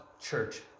church